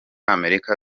amerika